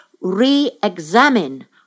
re-examine